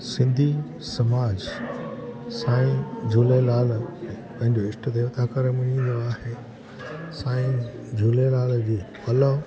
सिंधी समाज साईं झूलेलाल पंहिंजो ईष्ट देवता करे मञींदो आहे साईं झूलेलाल जी पलो